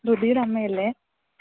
ശ്രുതിയുടെ അമ്മയല്ലേ